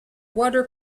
water